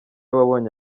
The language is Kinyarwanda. wabonye